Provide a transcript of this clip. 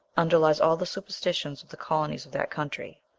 underlies all the superstitions of the colonies of that country.